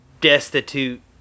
destitute